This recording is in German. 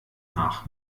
nach